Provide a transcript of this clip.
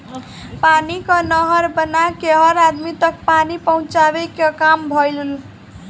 पानी कअ नहर बना के हर अदमी तक पानी पहुंचावे कअ काम भइल